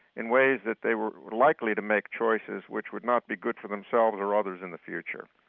in ways that they were likely to make choices which would not be good for themselves or others in the future.